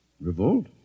Revolt